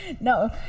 No